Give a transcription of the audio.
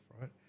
right